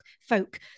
folk